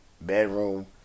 Bedroom